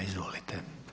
Izvolite.